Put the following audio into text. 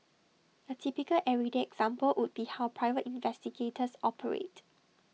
A typical everyday example would be how private investigators operate